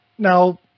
Now